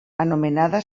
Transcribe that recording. anomenada